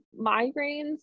migraines